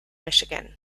michigan